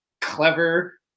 clever